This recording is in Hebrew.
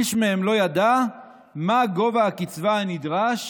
איש מהם לא ידע מה גובה הקצבה הנדרש